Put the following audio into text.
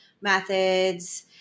methods